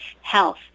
health